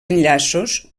enllaços